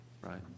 Right